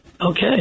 Okay